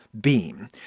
beam